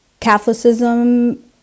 Catholicism